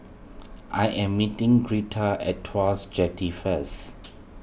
I am meeting Gretta at Tuas Jetty first